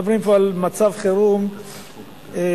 מדברים פה על מצב חירום כללי,